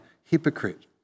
hypocrite